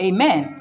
Amen